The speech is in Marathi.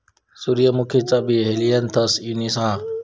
सूर्यमुखीचा बी हेलियनथस एनुस हा